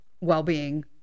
well-being